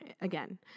again